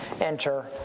enter